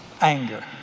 Anger